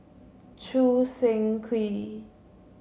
Choo Seng Quee